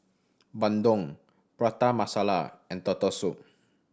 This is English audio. bandung Prata Masala and Turtle Soup